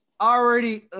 already